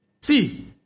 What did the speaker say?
see